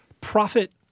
profit